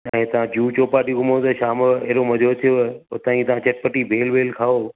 ऐं तव्हां जुहू चौपाटी घुमो त शाम जो एॾो मज़ो अचेव उतां जी तव्हां चटपटी भेल वेल खाओ